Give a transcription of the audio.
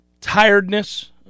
tiredness